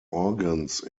organs